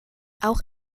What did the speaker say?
auch